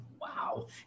wow